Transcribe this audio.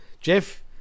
Jeff